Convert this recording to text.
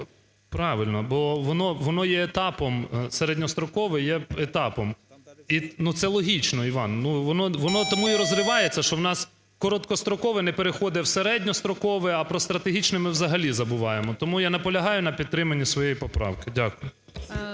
Правильно. Бо воно є етапом, середньострокове є етапом. Ну, це логічно, Іван. Ну, воно тому і розривається, що у нас короткострокове не переходить в середньострокове, а про стратегічне ми взагалі забуваємо. Тому я наполягаю на підтриманні своєї поправки. Дякую.